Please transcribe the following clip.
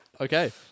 Okay